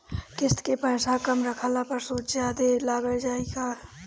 किश्त के पैसा कम रखला पर सूद जादे लाग जायी का?